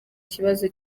kibazo